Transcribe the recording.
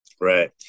Right